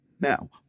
Now